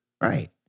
Right